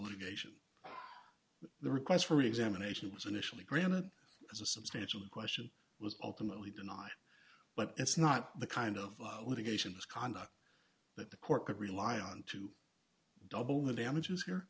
litigation the request for examination was initially granted as a substantial question was ultimately denied but it's not the kind of litigation misconduct that the court could rely on to double the damages here